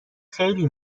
خیلی